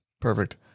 Perfect